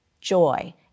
joy